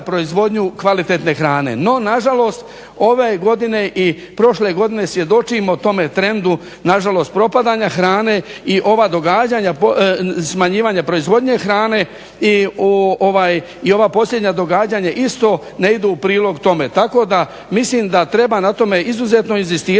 proizvodnju kvalitetne hrane. No nažalost, ove godine i prošle godine svjedočimo tome trendu nažalost propadanja hrane i smanjivanje proizvodnje hrane i ova posljednja događanja isto ne idu u prilog tome. Tako da mislim da treba na tome izuzetno inzistirati